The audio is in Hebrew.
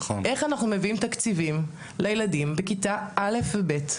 איך אנחנו מביאים תקציבים לילדים בכיתה א' ו-ב'?